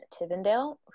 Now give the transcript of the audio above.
Tivendale